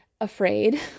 afraid